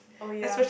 oh ya